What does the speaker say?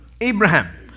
Abraham